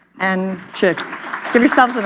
and give yourself an